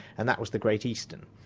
and that was the great eastern.